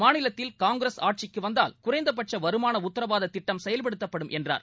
மாநிலத்தில் காங்கிரஸ் ஆட்சிக்கு வந்தூல் குறைந்தபட்ச வருமான உத்தரவாத திட்டம் செயல்படுத்தப்படும் என்றார்